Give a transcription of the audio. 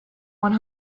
one